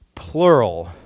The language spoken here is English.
plural